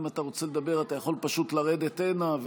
אם אתה רוצה לדבר אתה יכול פשוט לרדת הנה,